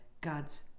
God's